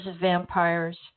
vampires